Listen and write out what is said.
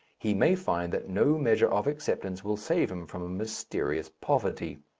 he may find that no measure of acceptance will save him from a mysterious poverty.